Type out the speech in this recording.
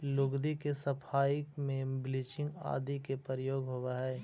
लुगदी के सफाई में ब्लीच आदि के प्रयोग होवऽ हई